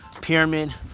Pyramid